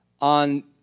on